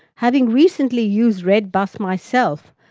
having recently used red bus myself,